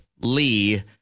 Lee